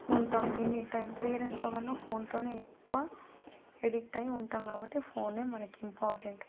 ఉంటాం any time పేరెంట్స్తో కన్నా ఫోన్తోనే ఎక్కువ ఎడిక్ట్ అయ్యి ఉంటాం కాబట్టి ఫోనే మనకి ఇంపార్టెంట్